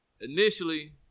initially